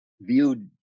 viewed